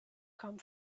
come